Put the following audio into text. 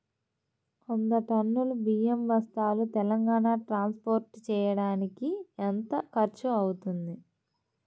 వంద టన్నులు బియ్యం బస్తాలు తెలంగాణ ట్రాస్పోర్ట్ చేయటానికి కి ఎంత ఖర్చు అవుతుంది?